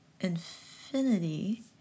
Infinity